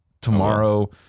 tomorrow